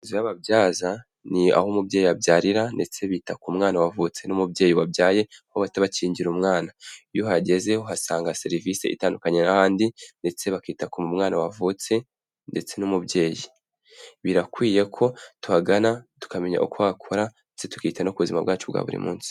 Inzu y'ababyaza ni aho umubyeyi abyarira ndetse bita ku mwana wavutse n'umubyeyi wabyaye, aho bahita bakingira umwana. Iyo uhageze uhasanga serivise itandukanye n'ahandi ndetse bakita ku mwana wavutse ndetse n'umubyeyi. Birakwiye ko tuhagana tukamenya uko hakora ndetse tukita no ku buzima bwacu bwa buri munsi.